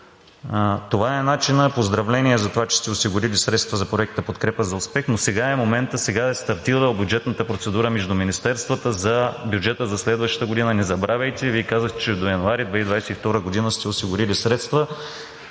Това е начинът. Поздравления за това, че сте осигурили средства за Проекта „Подкрепа за успех“, но сега е моментът, сега е стартирала бюджетната процедура между министерствата за бюджета за следващата година. Не забравяйте, Вие казахте, че до януари 2022 г. сте осигурили средства,